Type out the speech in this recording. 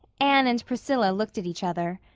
anne and priscilla looked at each other.